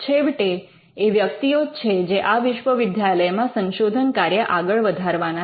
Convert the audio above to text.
છેવટે એ વ્યક્તિઓ જ છે જે આ વિશ્વવિદ્યાલયમાં સંશોધન કાર્ય આગળ વધારવાના છે